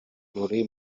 ruri